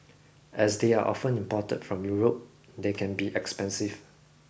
as they are often imported from Europe they can be expensive